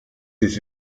dies